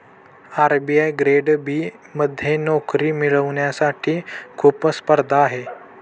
RBI grade B मध्ये नोकरी मिळवण्यासाठी खूप स्पर्धा आहे